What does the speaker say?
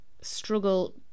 struggle